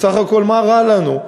בסך הכול, מה רע לנו?